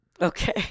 Okay